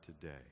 today